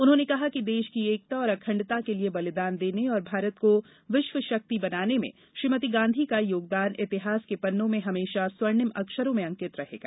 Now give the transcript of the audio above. उन्होंने कहा कि देश की एकता और अखण्डता के लिए बलिदान देने और भारत को विश्व शक्ति बनाने में श्रीमती गाँधी का योगदान इतिहास के पन्नों में हमेशा स्वर्णिम अक्षरों में अंकित रहेगा